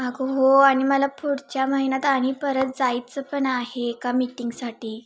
आगं हो आणि मला पुढच्या महिन्यात आणि परत जायचं पण आहे एका मीटिंगसाठी